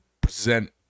present